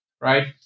right